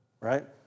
right